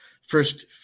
first